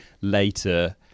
later